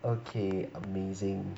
okay amazing